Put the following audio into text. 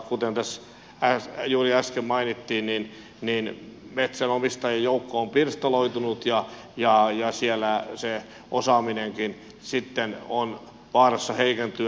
kuten tässä juuri äsken mainittiin niin metsänomistajien joukko on pirstaloitunut ja siellä se osaaminenkin sitten on vaarassa heikentyä